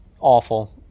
Awful